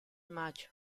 mayo